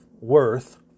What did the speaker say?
worth